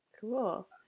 Cool